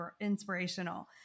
inspirational